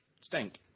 stink